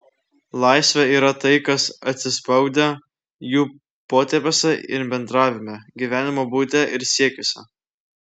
laisvė yra tai kas atsispaudę jų potėpiuose ir bendravime gyvenimo būde ir siekiuose